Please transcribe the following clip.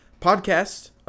podcast